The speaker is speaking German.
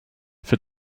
für